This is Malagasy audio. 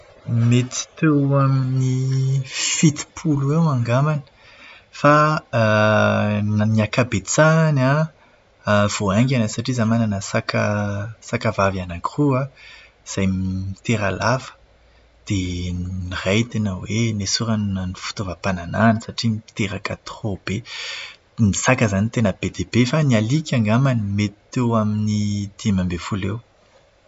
Mety teo amin'ny fitopolo eo angambany, fa ny ankabetsahany an, vao haingana satria izaho manana saka saka vavy anaky roa izay mitera-lava. Dia ny iray tena hoe noesorina ny fitaovam-pananahany satria miteraka trobe. Ny saka izany no tena be dia be, fa ny alika angambany mety teo amin'ny dimy ambin'ny folo eo.